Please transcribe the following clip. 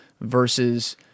versus